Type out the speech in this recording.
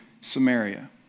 Samaria